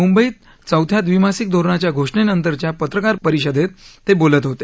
मुंबईत चौथ्या द्विमासिक धोरणाच्या घोषणेनंतरच्या पत्रकार परिषदेत ते बोलत होते